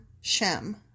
Shem